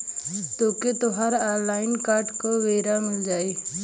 तोके तोहर online card क ब्योरा मिल जाई